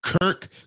Kirk